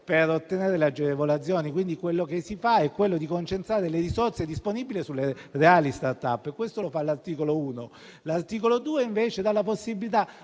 per ottenere delle agevolazioni. Quello che si fa è concentrare le risorse disponibili sulle reali *start-up*: questo lo fa l'articolo 1. L'articolo 2, invece, dà la possibilità